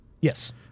Yes